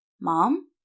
Mom